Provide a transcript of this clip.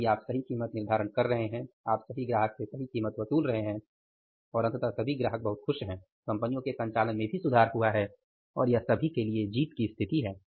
और यदि आप सही कीमत निर्धारण कर रहे हैं आप सही ग्राहक से सही कीमत वसूल रहे हैं और अंततः सभी ग्राहक बहुत खुश हैं कंपनियों के संचालन में भी सुधार हुआ है और यह सभी के लिए जीत की स्थिति है